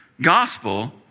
Gospel